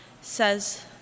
says